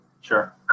Sure